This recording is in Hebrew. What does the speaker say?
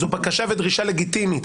זו בקשה ודרישה לגיטימית.